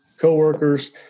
coworkers